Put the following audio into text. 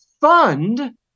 fund